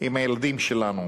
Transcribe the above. עם הילדים שלנו